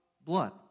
blood